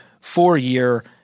four-year